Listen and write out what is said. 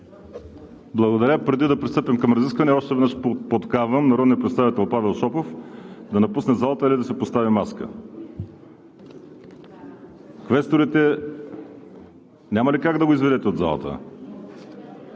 СИМЕОНОВ: Преди да пристъпим към разисквания, още веднъж подканвам народния представител Павел Шопов да напусне залата или да си постави маска. Квесторите, няма ли как да го изведете от залата?